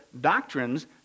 doctrines